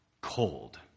cold